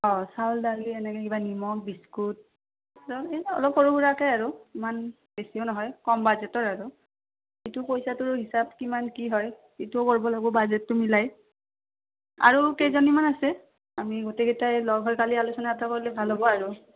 অঁ চাউল দালি এনেকৈ কিবা নিমখ বিস্কুট এই অলপ সৰু সুৰাকৈ আৰু ইমান বেছিও নহয় কম বাজেটৰ আৰু সেইটো পইচাটোৰ হিচাপ কিমান কি হয় সেইটোও কৰিব লাগব বাজেটটো মিলাই আৰু কেইজনীমান আছে আমি গোটেইকেইটাই লগ হৈ কালি আলোচনা এটা কৰিলে ভাল হ'ব আৰু